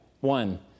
One